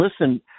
listen